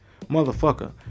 motherfucker